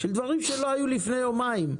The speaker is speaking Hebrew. עם דברים שלא היו לפני יומיים,